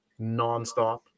nonstop